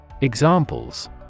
Examples